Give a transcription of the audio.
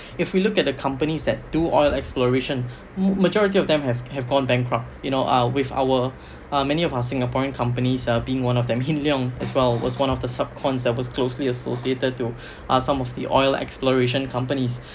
if we look at the companies that do oil exploration majority of them have have gone bankrupt you know uh with our uh many of our singaporean companies um being one of them Hin Leong as well was one of the subcons that was closely associated to uh some of the oil exploration companies